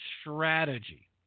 strategy